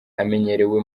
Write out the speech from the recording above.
amenyerewe